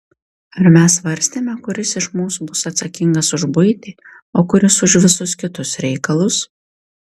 ar mes svarstėme kuris iš mūsų bus atsakingas už buitį o kuris už visus kitus reikalus